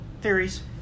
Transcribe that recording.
Theories